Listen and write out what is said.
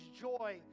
joy